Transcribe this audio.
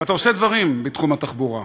ואתה עושה דברים בתחום התחבורה,